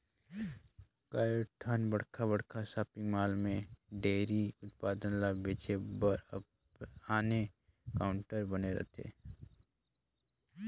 कयोठन बड़खा बड़खा सॉपिंग मॉल में डेयरी उत्पाद ल बेचे बर आने काउंटर बने रहथे